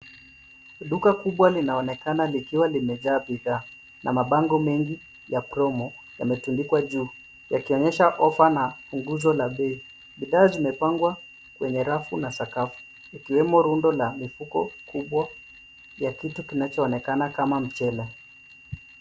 Duka kubwa linaonekana likiwa limejaa bidhaa na mabango mengi ya promo yametundikwa juu, yakionyesha offer na punguzo la bei. Bidhaa zimepangwa kwenye rafu na sakafu, ikiwemo rundo la mifuko kubwa ya kitu kinachoonekana kama mchele.